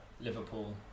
Liverpool